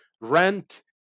rent